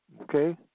Okay